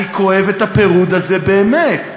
אני כואב את הפירוד הזה באמת.